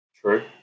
True